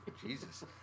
Jesus